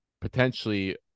potentially